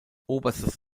oberstes